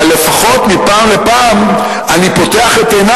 אבל לפחות מפעם לפעם אני פותח את עיני